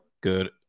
good